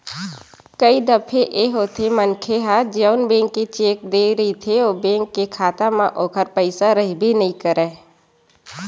कई दफे ए होथे मनखे ह जउन बेंक के चेक देय रहिथे ओ बेंक के खाता म ओखर पइसा रहिबे नइ करय